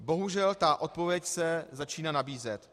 Bohužel ta odpověď se začne nabízet.